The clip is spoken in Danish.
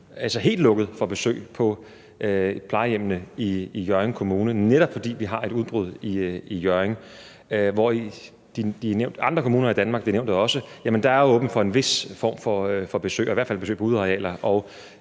altså helt lukket for besøg på plejehjemmene i Hjørring Kommune, netop fordi vi har et udbrud i Hjørring. I andre kommuner i Danmark – det nævnte jeg også – er der åbent for en vis form for besøg og i hvert fald besøg på udearealer